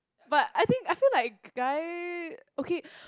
but I think I feel like guy okay